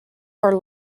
for